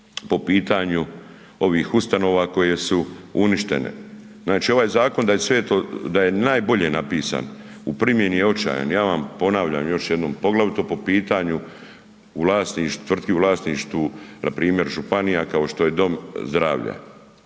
po pitanju ovih ustanova koje su uništene. Znači zakon da je sve to, da je najbolje napisan u primjeni je očajan, ja vam ponavljam još jednom poglavito po pitanju tvrtku u vlasništvu npr. županija kao što je dom zdravlja,